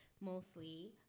mostly